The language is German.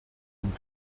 und